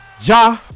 Ja